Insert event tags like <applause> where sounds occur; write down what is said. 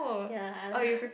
ya <breath>